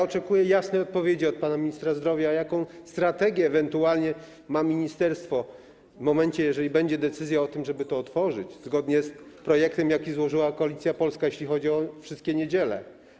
Oczekuję jasnej odpowiedzi od pana ministra zdrowia, jaką strategię ewentualnie będzie miało ministerstwo w momencie, kiedy będzie decyzja o tym, żeby to otworzyć zgodnie z projektem, jaki złożyła Koalicja Polska, jeśli chodzi o wszystkie niedziele.